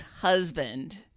husband